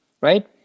Right